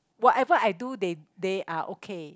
whatever I do they they are okay